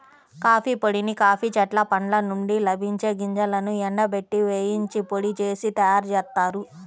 coffee పొడిని coffee చెట్ల పండ్ల నుండి లభించే గింజలను ఎండబెట్టి, వేయించి పొడి చేసి తయ్యారుజేత్తారు